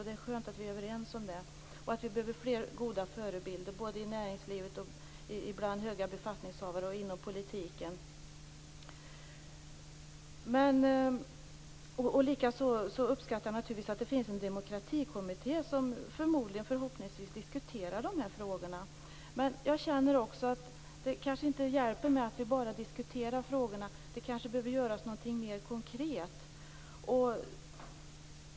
Det är skönt att vi är överens om det. Likaså behöver vi fler goda förebilder både inom näringslivet och bland höga befattningshavare, liksom inom politiken. Dessutom uppskattar jag naturligtvis den etikkommitté som finns. Förhoppningsvis diskuterar man där de här frågorna. Kanske hjälper det inte att vi bara diskuterar frågorna. Kanske behöver någonting mera konkret göras.